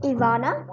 Ivana